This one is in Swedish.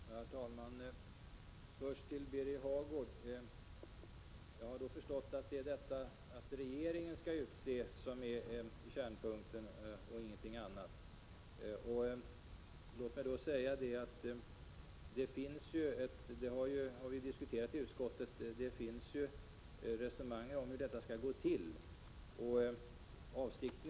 Herr talman! Först vill jag säga till Birger Hagård att jag har förstått att det är detta att regeringen skall utse ledamöter i högskolestyrelserna som är kärnpunkten och ingenting annat. Det har pågått resonemang om hur det hela skall gå till, bl.a. i utskottet.